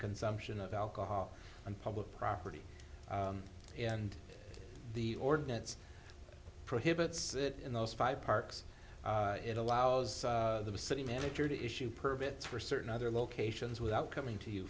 consumption of alcohol on public property and the ordinance prohibits in those five parks it allows the city manager to issue permits for certain other locations without coming to you